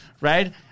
Right